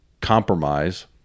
compromise